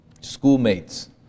schoolmates